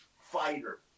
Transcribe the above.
fighter